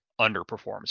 underperforms